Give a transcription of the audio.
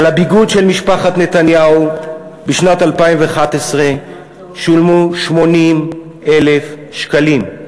על הביגוד של משפחת נתניהו בשנת 2011 שולמו 80,000 שקלים.